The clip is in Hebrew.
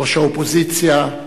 ראש האופוזיציה,